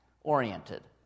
oriented